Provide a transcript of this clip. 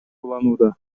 уланууда